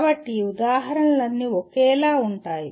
కాబట్టి ఈ ఉదాహరణలన్నీ ఒకేలా ఉంటాయి